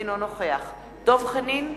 אינו נוכח דב חנין,